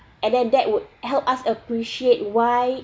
and then that would help us appreciate why